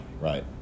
right